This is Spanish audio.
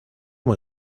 muy